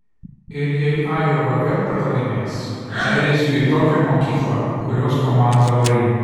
ir jei ajova vėl pralaimės pereisiu į tokią mokyklą kurios komanda laimi